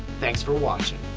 thanks for watching.